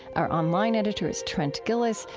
our online editor is trent gilliss,